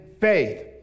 faith